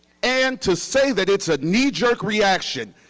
and to say that it's a knee-jerk reaction,